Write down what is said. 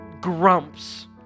grumps